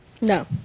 No